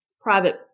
private